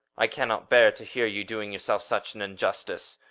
i cannot bear to hear you doing yourself such an unjustice,